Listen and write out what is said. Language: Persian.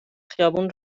خیابون